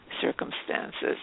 circumstances